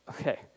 okay